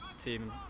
team